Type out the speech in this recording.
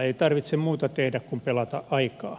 ei tarvitse muuta tehdä kuin pelata aikaa